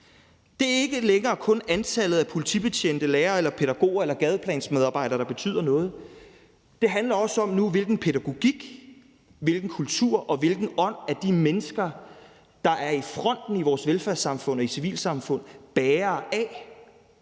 Det er ikke længere kun antallet af politibetjente, lærere, pædagoger eller gadeplansmedarbejdere, der betyder noget. Det handler også om nu, hvilken pædagogik, hvilken kultur og hvilken ånd de mennesker, der er i fronten i vores velfærdssamfund og i vores civilsamfund, er bærere af.